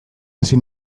hasi